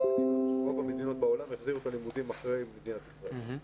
רוב המדינות בעולם החזירו את הלימודים אחרי מדינת ישראל.